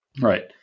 Right